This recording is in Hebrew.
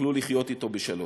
יוכלו לחיות אתו בשלום.